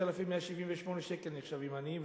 6,178 שקל נחשבים עניים,